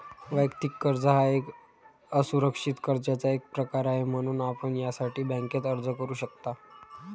वैयक्तिक कर्ज हा एक असुरक्षित कर्जाचा एक प्रकार आहे, म्हणून आपण यासाठी बँकेत अर्ज करू शकता